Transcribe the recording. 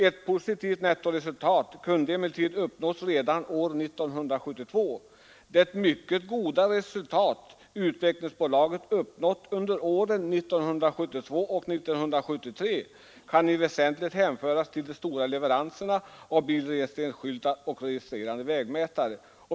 Ett positivt nettoresultat kunde emellertid uppnås redan år 1972. Det mycket goda resultat utvecklingsbolaget uppnått under åren 1972 och 1973 kan i allt väsentligt hänföras till de stora leveranserna av bilregistreringsskyltar och registrerande vägmätare.